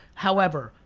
however,